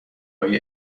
های